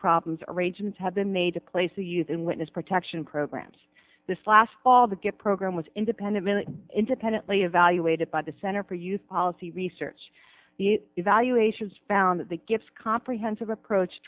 problems arrangements have been made to place a youth in witness protection programs this last fall the get program was independent miller independently evaluated by the center for youth policy research the evaluations found that the gifts comprehensive approach